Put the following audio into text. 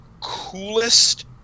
coolest